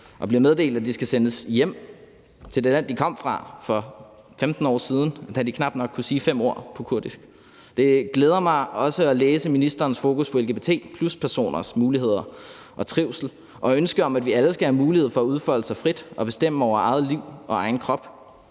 og bliver meddelt, at de skal sendes hjem til det land, de kom fra for 15 år siden, da de knap nok kunne sige fem ord på kurdisk. Kl. 17:29 Det glæder mig også at læse om ministerens fokus på lgbt+-personers muligheder og trivsel og ønske om, at vi alle skal have mulighed for at udfolde os frit og bestemme over eget liv og egen krop.